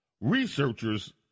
Researchers